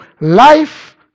life